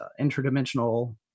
interdimensional